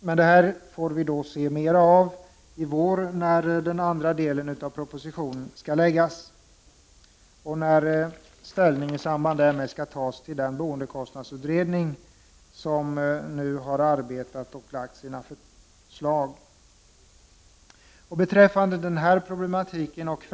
Men detta får vi se mer av i vår när den andra delen av förslaget skall läggas fram, och riksdagen i samband därmed skall ta ställning till förslagen från den boendekostnadsutredning som har arbetat och nu framlagt sina förslag.